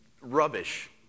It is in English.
Rubbish